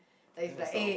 that is like eh